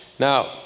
Now